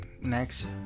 next